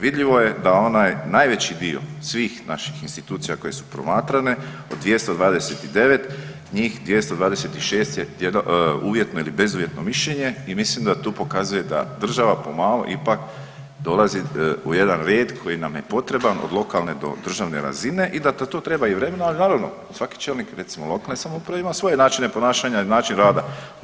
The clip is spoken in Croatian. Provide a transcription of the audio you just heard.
Vidljivo je da onaj najveći dio svih naših institucija koje su promatrane od 229, njih 226 je uvjetno ili bezuvjetno mišljenje i mislim da to pokazuje da država pomalo ipak dolazi u jedan red koji nam je potreban od lokalne do državne razine i da to treba i vremena, ali i naravno svaki čelnik recimo lokalne samouprave ima svoje načine ponašanje i način rada.